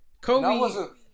Kobe